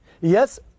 Yes